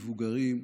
מבוגרים,